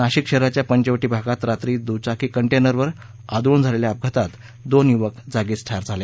नाशिक शहराच्या पंचवटी भागात रात्री दुचाकी कंटेनर वर आदळून झालेल्या अपघातात दोन युवक जागीच ठार झाले